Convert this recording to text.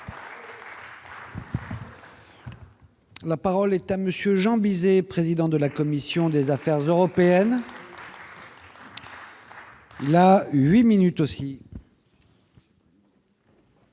La parole est à monsieur Jean Bizet, président de la commission des affaires européennes. La 8 minutes aussi.